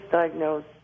diagnosed